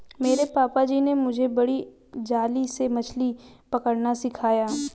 मेरे पापा जी ने मुझे बड़ी जाली से मछली पकड़ना सिखाया